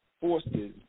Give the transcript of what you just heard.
forces